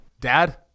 dad